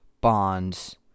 Bonds